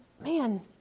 Man